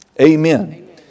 Amen